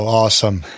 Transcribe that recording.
awesome